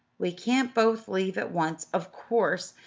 we can't both leave at once, of course,